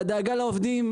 והדאגה לעובדים,